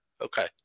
Okay